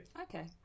Okay